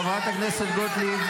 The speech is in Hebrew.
חברת הכנסת גוטליב,